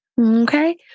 okay